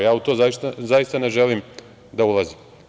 Ja u to zaista ne želim da ulazim.